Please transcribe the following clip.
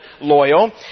loyal